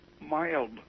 mild